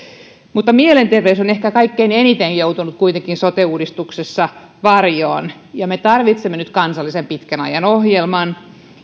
mielenterveys on ehkä kuitenkin kaikkein eniten joutunut sote uudistuksessa varjoon me tarvitsemme nyt kansallisen pitkän ajan ohjelman